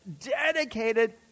dedicated